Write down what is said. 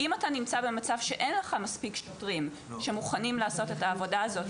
אם אתה נמצא במצב שאין לך מספיק שוטרים שמוכנים לעשות את העבודה הזאת,